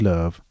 Love